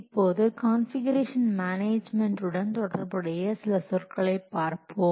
இப்போது configuration management உடன் தொடர்புடைய சில சொற்களை பார்ப்போம்